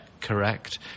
correct